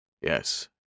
Yes